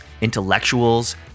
intellectuals